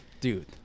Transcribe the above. Dude